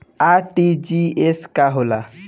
RTGS का होला?